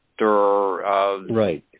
right